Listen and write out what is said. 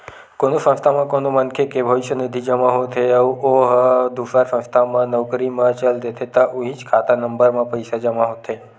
कोनो संस्था म कोनो मनखे के भविस्य निधि जमा होत हे अउ ओ ह दूसर संस्था म नउकरी म चल देथे त उहींच खाता नंबर म पइसा जमा होथे